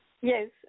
Yes